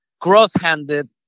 cross-handed